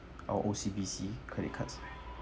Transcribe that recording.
or O_C_B_C credit cards